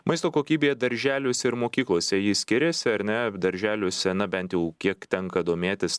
maisto kokybė darželiuose ir mokyklose ji skiriasi ar ne darželiuose na bent jau kiek tenka domėtis